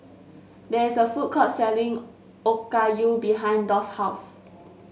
there is a food court selling Okayu behind Doss' house